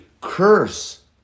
curse